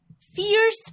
fierce